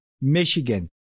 Michigan